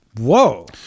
whoa